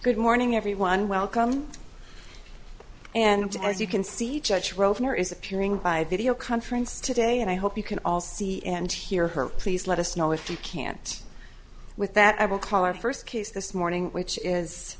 good morning everyone welcome and as you can see judge welfare is appearing by video conference today and i hope you can all see and hear her please let us know if you can't with that i will call our first case this morning which is